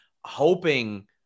hoping